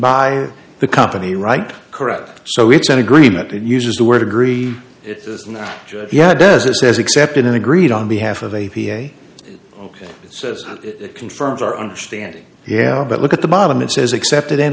by the company right correct so it's an agreement that uses the word agree it does not does it says except in an agreed on behalf of a it says it confirms our understanding yeah but look at the bottom it says accepted